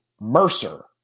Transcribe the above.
Mercer